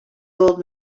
old